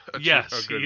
Yes